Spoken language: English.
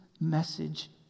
message